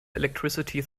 electricity